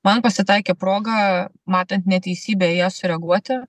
man pasitaikė proga matant neteisybę į ją sureaguoti